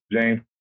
James